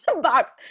box